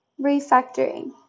refactoring